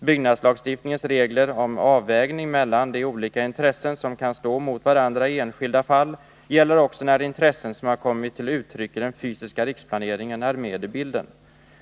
Byggnadslagstiftningens regler om avvägning mellan de olika intressen som kan stå mot varandra i enskilda fall gäller också när intressen som har kommit till uttryck i den fysiska riksplaneringen är med i bilden.